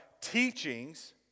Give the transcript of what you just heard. teachings